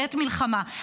בעת מלחמה?